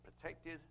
protected